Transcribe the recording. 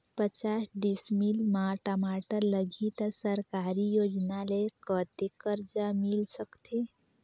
पचास डिसमिल मा टमाटर लगही त सरकारी योजना ले कतेक कर्जा मिल सकथे?